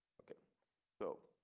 ok so